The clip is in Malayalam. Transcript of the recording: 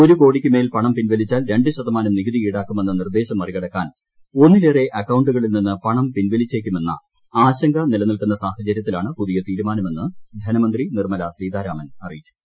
ഒരു കോടിക്കു മേൽ പണം പിൻവലിച്ചാൽ രണ്ടുശതമാനം നികുത്തി ഈടാക്കുമെന്ന നിർദ്ദേശം മറികടക്കാൻ ഒന്നിലേറെ അക്കൌണ്ടുക്ളിൽ നിന്ന് പണം പിൻവലിച്ചേക്കുമെന്ന ആശങ്ക നിലനിൽക്കുന്ന സാഹചര്യത്തിലാണ് പുതിയ തീരുമാനമെന്ന് ധനമന്ത്രി നിർമ്മല സീതാരാമൻ അറിയിച്ചു